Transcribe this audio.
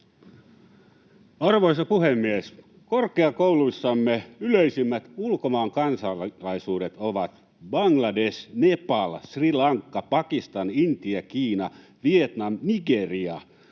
Arvoisa puhemies! Korkeakouluissamme yleisimmät ulkomaan kansalaisuudet ovat Bangladesh, Nepal, Sri Lanka, Pakistan, Intia, Kiina, Vietnam, Nigeria